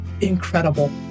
incredible